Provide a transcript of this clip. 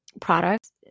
products